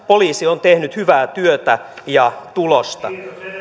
poliisi on tehnyt hyvää työtä ja tulosta